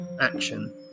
action